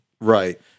Right